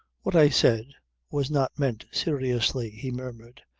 what i said was not meant seriously, he murmured,